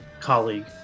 colleague